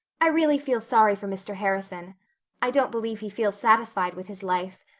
i really feel sorry for mr. harrison i don't believe he feels satisfied with his life.